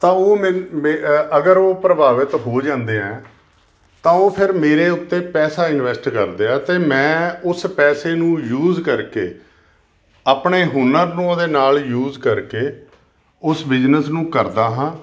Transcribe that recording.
ਤਾਂ ਉਹ ਮੈਂ ਮੈਂ ਅਗਰ ਉਹ ਪ੍ਰਭਾਵਿਤ ਹੋ ਜਾਂਦੇ ਹੈ ਤਾਂ ਉਹ ਫਿਰ ਮੇਰੇ ਉੱਤੇ ਪੈਸਾ ਇਨਵੈਸਟ ਕਰਦੇ ਆ ਅਤੇ ਮੈਂ ਉਸ ਪੈਸੇ ਨੂੰ ਯੂਜ ਕਰਕੇ ਆਪਣੇ ਹੁਨਰ ਨੂੰ ਉਹਦੇ ਨਾਲ ਯੂਜ ਕਰਕੇ ਉਸ ਬਿਜਨਸ ਨੂੰ ਕਰਦਾ ਹਾਂ